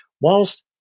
whilst